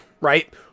right